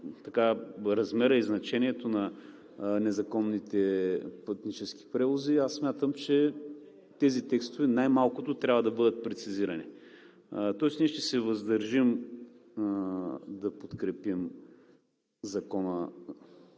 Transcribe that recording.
размера и значението на незаконните пътнически превози, смятам, че тези текстове най-малкото трябва да бъдат прецизирани. Тоест ние ще се въздържим да подкрепим Закона